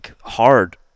hard